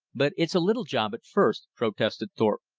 but it's a little job at first, protested thorpe.